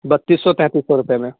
بتیس سو تینتیس سو روپے میں